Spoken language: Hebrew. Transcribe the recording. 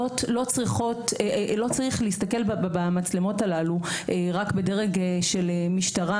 לא צריך להסתכל במצלמות הללו רק בדרג של משטרה